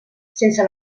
sense